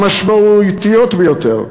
המשמעותיות ביותר,